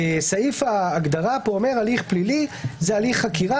סעיף ההגדרה פה אומר: הליך פלילי זה הליך חקירה,